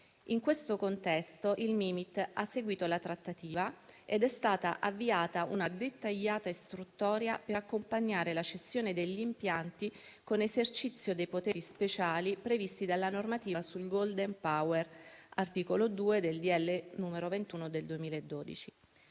In questo contesto, il Mimit ha seguito la trattativa ed è stata avviata una dettagliata istruttoria per accompagnare la cessione degli impianti con esercizio dei poteri speciali previsti dalla normativa sul *golden power* (articolo 2 del decreto-legge 15